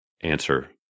Answer